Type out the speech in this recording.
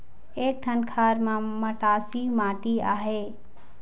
एक ठन खार म मटासी माटी आहे?